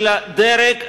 שהדרג המבצע,